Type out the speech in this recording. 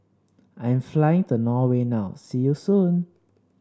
I'm flying to Norway now see you soon